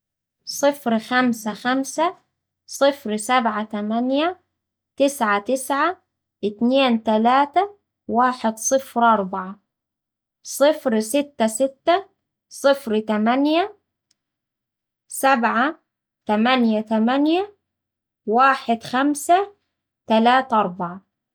صفر خمسة خمسة صفر سبعة تمانية تسعة تسعة اتنين تلاتة واحد صفر أربعة. صفر ستة ستة صفر تمانية سبعة تمانية تمانية واحد خمسة تلاتة أربعة.